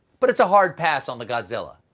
but it's a hard pass on the godzilla.